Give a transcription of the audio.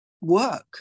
work